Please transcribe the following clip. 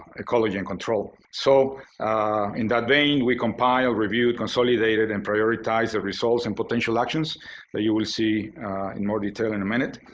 ecology, and control. so in that vein, we compiled, reviewed, consolidated, and prioritized the results and potential actions that you will see in more detail in a minute.